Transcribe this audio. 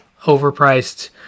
overpriced